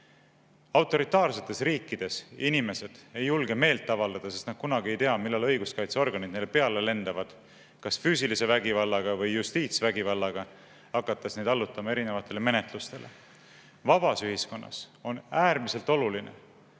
Autoritaarsetes riikides ei julge inimesed meelt avaldada, sest nad ei või kunagi teada, millal õiguskaitseorganid neile peale lendavad, kas füüsilise vägivallaga või justiitsvägivallaga, hakates neid allutama erinevatele menetlustele. Vabas ühiskonnas on äärmiselt oluline,